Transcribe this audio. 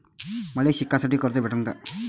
मले शिकासाठी कर्ज भेटन का?